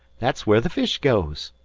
that's where the fish goes.